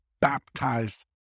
baptized